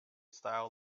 style